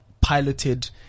piloted